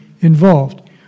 involved